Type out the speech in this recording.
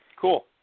Cool